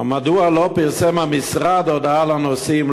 מדוע לא פרסם המשרד הודעה לנוסעים,